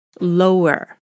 lower